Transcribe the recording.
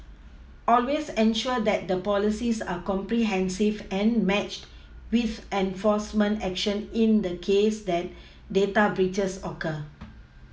always ensure that the policies are comprehensive and matched with enforcement action in the case that data breaches occur